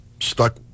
stuck